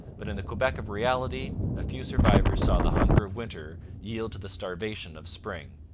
but in the quebec of reality a few survivors saw the hunger of winter yield to the starvation of spring.